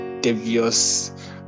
devious